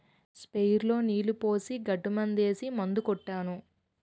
sprayer లో నీళ్లు పోసి గడ్డి మందేసి మందు కొట్టాను